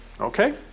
okay